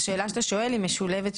השאלה שאתה שואל היא משולבת,